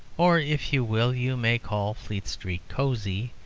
or, if you will, you may call fleet street cosy,